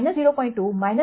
2 0